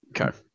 Okay